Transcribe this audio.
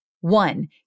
One